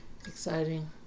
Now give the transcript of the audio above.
exciting